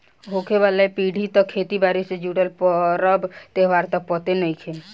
होखे वाला पीढ़ी के त खेती बारी से जुटल परब त्योहार त पते नएखे